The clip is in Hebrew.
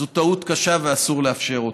זה טעות קשה, ואסור לאפשר אותה.